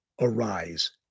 arise